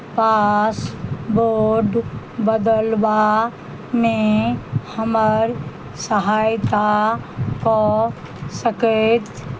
password बदलवामे हमर सहायता कऽ सकैत